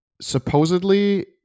supposedly